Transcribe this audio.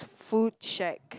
food shack